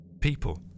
People